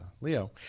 Leo